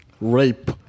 rape